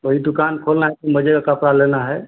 वही दुकान खोलना है तो मज़े का कपड़ा लेना है